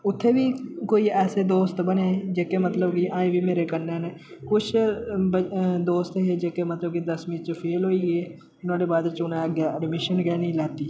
उत्थें बी कोई ऐसे दोस्त बने जेह्के मतलब कि अजें बी मेरे कन्नै न कुछ दोस्त हे ब जेह्के मतलब कि दसमीं च फेल होई गे नुहाड़े बाद च उ'नें अग्गें एडमिशन गै नि लैती